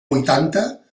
vuitanta